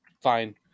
fine